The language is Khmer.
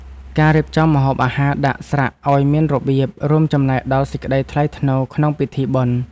ការរៀបចំម្ហូបអាហារដាក់ស្រាក់ឱ្យមានរបៀប រួមចំណែកដល់សេចក្តីថ្លៃថ្នូរក្នុងពិធីបុណ្យ។